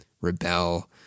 rebel